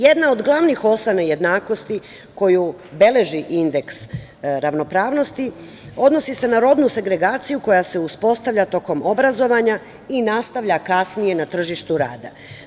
Jedna od glavnih osa nejednakosti koju beleži indeks ravnopravnosti odnosi se na rodnu segregaciju koja se uspostavlja tokom obrazovanja i nastavlja kasnije na tržištu rada.